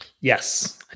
Yes